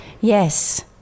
Yes